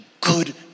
good